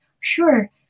Sure